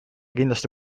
kindlasti